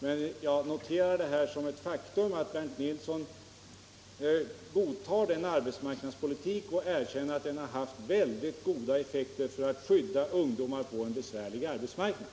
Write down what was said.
Men jag noterar ändå som ett faktum att Bernt Nilsson godtar vår arbetsmarknadspolitik och erkänner att den haft goda effekter för att skydda ungdomar på en besvärlig arbetsmarknad.